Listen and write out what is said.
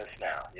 now